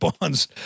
Bonds